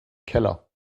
keller